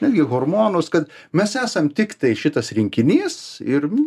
netgi hormonus kad mes esam tiktai šitas rinkinys ir